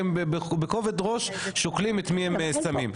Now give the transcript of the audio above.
הם בכובד ראש שוקלים את מי הם שמים.